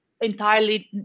entirely